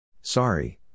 Sorry